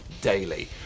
daily